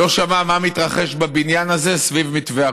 לא שמע מה מתרחש בבניין הזה סביב מתווה הכותל.